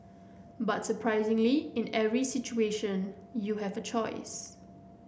but surprisingly in every situation you have a choice